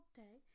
day